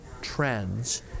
trends